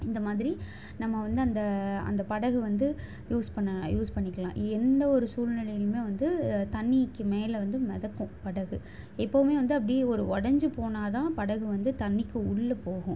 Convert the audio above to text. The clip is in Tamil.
இந்த மாதிரி நம்ம வந்து அந்த அந்த படகு வந்து யூஸ் பண்ண யூஸ் பண்ணிக்கலாம் எந்த ஒரு சூல்நிலையிலுமே வந்து தண்ணிக்கு மேலே வந்து மிதக்கும் படகு எப்பவுமே வந்து அப்டியே ஒரு ஒடைஞ்சி போனால் தான் படகு வந்து தண்ணிக்கு உள்ளே போகும்